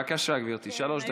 בבקשה, גברתי, שלוש דקות.